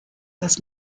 das